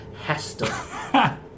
Hester